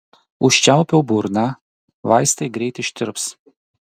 užčiaupiau burną vaistai greit ištirps